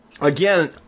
Again